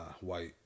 white